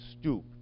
stooped